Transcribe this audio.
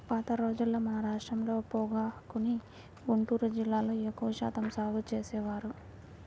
పాత రోజుల్లో మన రాష్ట్రంలో పొగాకుని గుంటూరు జిల్లాలో ఎక్కువ శాతం సాగు చేసేవారు